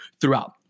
throughout